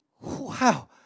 Wow